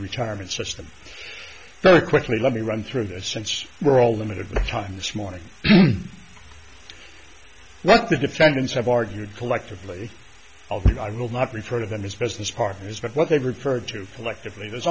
retirement system very quickly let me run through that since we're all limited time this morning that the defendants have argued collectively although i'm well not refer to them as business partners but what they refer to collectively there's